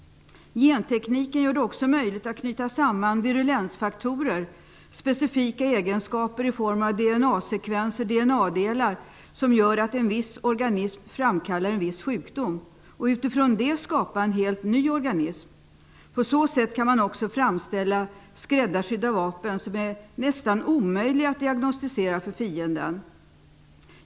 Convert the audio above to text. Gentekniken gör det också möjligt att knyta samman virulensfaktorer, dvs. specifika egenskaper i form av DNA-sekvenser eller DNA delar som gör att en viss organism framkallar en viss sjukdom. Utifrån det kan man skapa en helt ny organism. På så sätt kan man också framställa skräddarsydda vapen som är nästan omöjliga att diagnostisera för fienden.